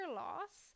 loss